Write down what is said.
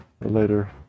later